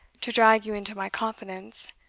to drag you into my confidence,